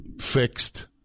fixed